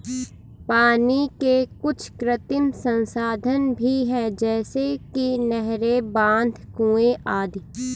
पानी के कुछ कृत्रिम संसाधन भी हैं जैसे कि नहरें, बांध, कुएं आदि